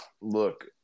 look